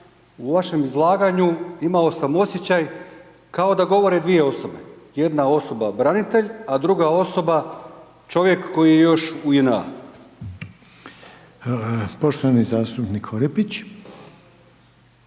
u vašem izlaganju imao sam osjećaj kao da govore dvije osobe, jedna osoba branitelj, a druga osoba čovjek koji je još u JNA. **Reiner,